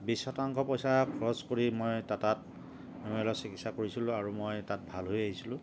বিছ শতাংশ পইচা খৰচ কৰি মই টাটাত মেমৰিয়েলত চিকিৎসা কৰিছিলোঁ আৰু মই তাত ভাল হৈ আহিছিলোঁ